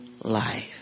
life